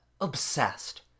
obsessed